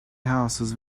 houses